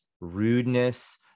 rudeness